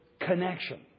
connection